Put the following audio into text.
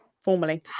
formally